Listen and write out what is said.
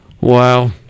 Wow